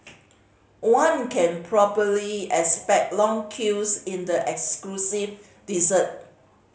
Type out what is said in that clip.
one can probably expect long queues in the exclusive dessert